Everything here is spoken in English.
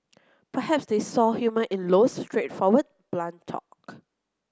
perhaps they saw the humour in Low's straightforward blunt talk